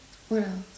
what else